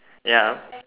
ya